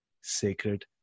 sacred